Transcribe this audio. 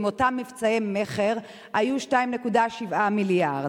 מאותם מבצעי מכר היו 2.7 מיליארד.